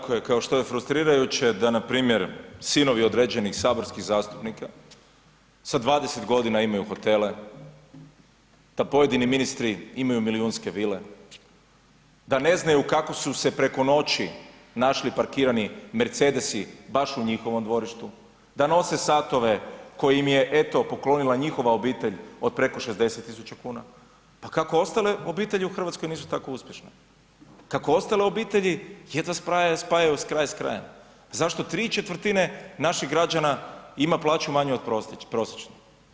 Tako je, kao što je frustrirajuće da npr. sinovi određenih saborskih zastupnika sa 20 g. imaju hotele, da pojedini ministri imaju milijunske vile, da ne znaju kako su se preko noći našli parkirani Mercedesi baš u njihovom dvorištu, da nose satove koje im je eto poklonila njihova obitelj od preko 60 000, pa kako ostale obitelji u Hrvatskoj nisu tako uspješne, kako ostale obitelji jedva spajaju kraj s krajem, zašto 3/4 naših građana ima plaću maje od prosječne?